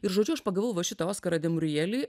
ir žodžiu aš pagavau va šitą oskarą demurijelį